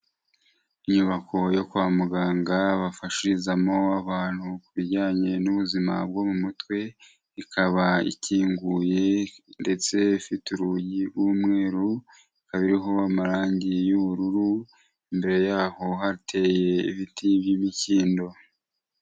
Inyubako yo kwa muganga bafashirizamo abantu ku bijyanye n'ubuzima bwo mu mutwe, ikaba ikinguye ndetse ifite urugi rw'umweru, ikaba iriho amarangi y'ubururu, imbere yaho hateye ibiti by'imikindo.